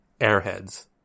Airheads